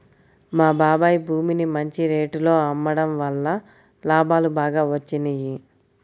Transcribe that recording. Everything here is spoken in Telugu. మా బాబాయ్ భూమిని మంచి రేటులో అమ్మడం వల్ల లాభాలు బాగా వచ్చినియ్యి